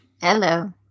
Hello